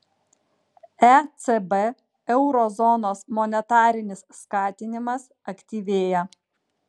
ecb euro zonos monetarinis skatinimas aktyvėja